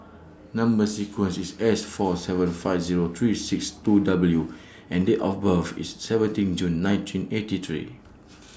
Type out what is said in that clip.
Number sequence IS S four seven five Zero three six two W and Date of birth IS seventeen June nineteen eighty three